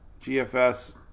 GFS